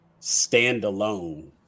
standalone